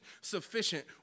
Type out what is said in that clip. sufficient